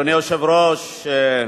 אדוני היושב-ראש,